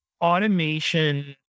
automation